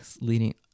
leading